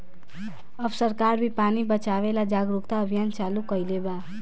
अब सरकार भी पानी बचावे ला जागरूकता अभियान चालू कईले बा